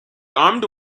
armed